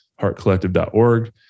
heartcollective.org